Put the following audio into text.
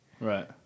Right